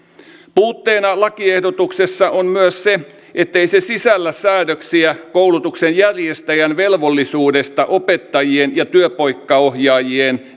puutteena lakiehdotuksessa on myös se ettei se sisällä säädöksiä koulutuksen järjestäjän velvollisuudesta opettajien ja työpaikkaohjaajien